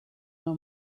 know